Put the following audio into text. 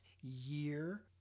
year